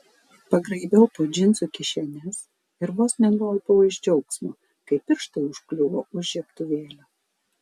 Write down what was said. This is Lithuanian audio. pagraibiau po džinsų kišenes ir vos nenualpau iš džiaugsmo kai pirštai užkliuvo už žiebtuvėlio